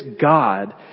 God